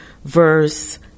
Verse